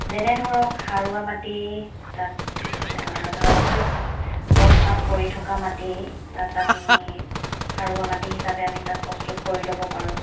যেনে ধৰক সাৰুৱা মাটি তাত ধৰক খুব গছ পাত পৰি থকা মাটি তাত আমি সাৰুৱা মাটি হিচাপে আমি তাত প্ৰস্তুত কৰি ল'ব পাৰোঁ